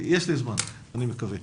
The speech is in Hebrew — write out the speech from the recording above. יש לי זמן, אני מקווה.